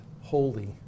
holy